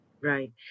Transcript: Right